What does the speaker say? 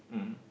mmhmm